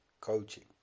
coaching